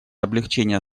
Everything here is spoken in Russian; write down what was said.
облегчения